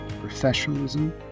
professionalism